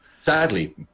sadly